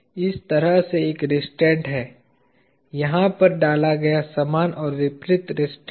इस तरह से एक रिस्ट्रैन्ट है यहाँ पर डाला गया समान और विपरीत रेस्ट्रेंट